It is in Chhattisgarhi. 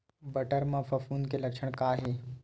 बटर म फफूंद के लक्षण का हे?